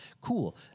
Cool